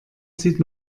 sieht